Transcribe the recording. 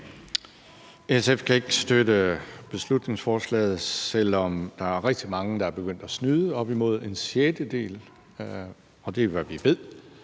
SF kan ikke støtte beslutningsforslaget, selv om der er rigtig mange, der er begyndt at snyde, op imod en sjettedel, og det er, hvad vi ved